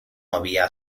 había